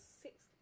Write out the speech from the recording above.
six